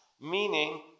meaning